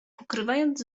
pokrywając